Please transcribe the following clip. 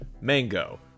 Mango